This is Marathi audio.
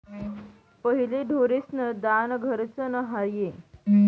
पहिले ढोरेस्न दान घरनंच र्हाये